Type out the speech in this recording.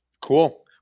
Cool